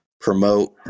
promote